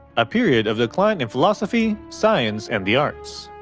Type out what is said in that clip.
a period of decline in philosophy, science, and the arts.